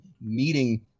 meeting